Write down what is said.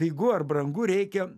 pigu ar brangu reikia